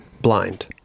blind